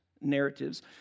narratives